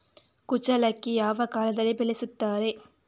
ಕುಚ್ಚಲಕ್ಕಿ ಯಾವ ಕಾಲದಲ್ಲಿ ಬೆಳೆಸುತ್ತಾರೆ?